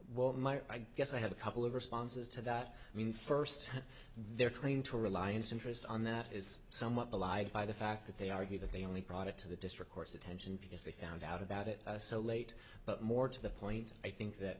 my i guess i have a couple of responses to that i mean first their claim to reliance interest on that is somewhat belied by the fact that they argue that they only brought it to the district court's attention because they found out about it so late but more to the point i think that